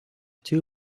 two